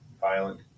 violent